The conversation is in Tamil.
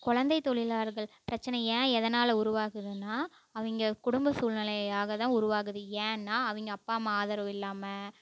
குழந்தை தொழிலாளர்கள் பிரச்சின ஏன் எதனால் உருவாகுதுன்னால் அவங்க குடும்ப சூழ்நிலையாகதான் உருவாகுது ஏன்னால் அவங்க அப்பா அம்மா ஆதரவு இல்லாமல்